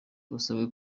basabwe